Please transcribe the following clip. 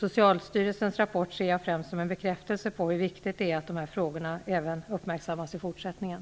Socialstyrelsens rapport ser jag främst som en bekräftelse på hur viktigt det är att dessa frågor även uppmärksammas i fortsättningen.